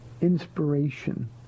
inspiration